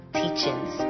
teachings